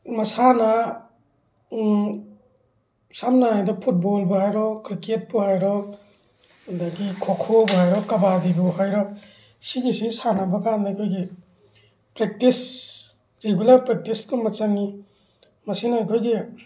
ꯃꯁꯥꯟꯅ ꯁꯝꯅ ꯍꯥꯏꯕꯗ ꯐꯨꯠꯕꯣꯜꯕꯨ ꯍꯥꯏꯔꯣ ꯀ꯭ꯔꯤꯛꯀꯦꯠꯄꯨ ꯍꯥꯏꯔꯣ ꯑꯗꯒꯤ ꯈꯣꯈꯣꯕꯨ ꯍꯥꯏꯔꯣ ꯀꯕꯥꯇꯤꯕꯨ ꯍꯥꯏꯔꯣ ꯁꯤꯒꯤꯁꯦ ꯁꯥꯟꯅꯕ ꯀꯥꯟꯗ ꯑꯩꯈꯣꯏꯒꯤ ꯄ꯭ꯔꯦꯛꯇꯤꯁ ꯔꯤꯒꯨꯂꯔ ꯄ꯭ꯔꯦꯛꯇꯤꯁ ꯀꯨꯝꯕ ꯆꯪꯉꯤ ꯃꯁꯤꯅ ꯑꯩꯈꯣꯏꯒꯤ